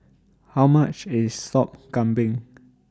How much IS Sop Kambing